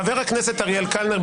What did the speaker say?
חבר הכנסת אריאל קלנר,